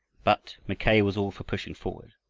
but mackay was all for pushing forward,